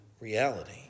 reality